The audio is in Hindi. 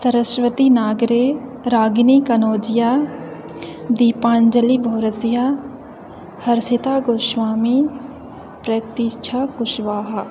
सरस्वती नागरे रागिनी कन्नौजिया दीपाँजली बरोसिया हर्षिता गोस्वामी प्रतीक्षा कुशवाहा